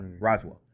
Roswell